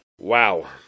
Wow